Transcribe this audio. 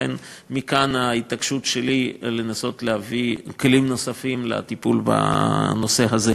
ומכאן ההתעקשות שלי לנסות להביא כלים נוספים לטיפול בנושא הזה.